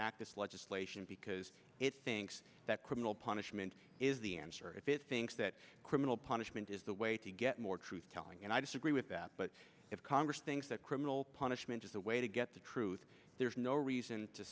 enact this legislation because it thinks that criminal punishment is the answer if it thinks that criminal punishment is the way to get more truth telling and i disagree with that but if congress thinks that criminal punishment is the way to get the truth there's no reason to